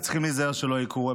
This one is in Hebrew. וצריכים להיזהר שלא יקרו.